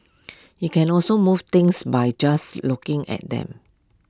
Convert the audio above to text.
IT can also move things by just looking at them